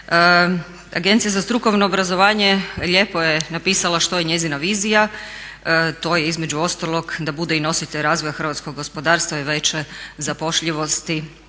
Agencija za strukovno obrazovanje lijepo je napisala što je njezina vizija, to je između ostalog da bude i nositelj razvoja hrvatskog gospodarstva i veće zapošljivosti.